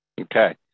Okay